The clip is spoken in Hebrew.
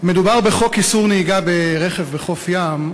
מדובר בחוק איסור נהיגה ברכב בחוף הים.